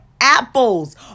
apples